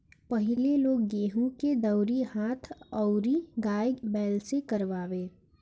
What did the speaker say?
पहिले लोग गेंहू के दवरी हाथ अउरी गाय बैल से करवावे